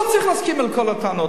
לא צריך להסכים לכל הטענות,